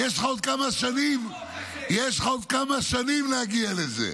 יש לך עוד כמה שנים להגיע לזה.